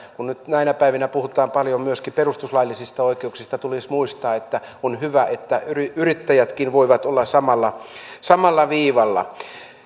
kun nyt näinä päivinä puhutaan paljon myöskin perustuslaillisista oikeuksista tulisi muistaa että on hyvä että yrittäjätkin voivat olla samalla samalla viivalla